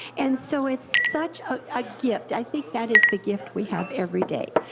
and so it's such a gift, i think that is the gift we have every day,